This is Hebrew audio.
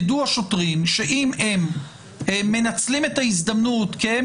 ידעו השוטרים שאם הם מנצלים את ההזדמנות לבצע את החיפוש כי הם